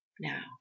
now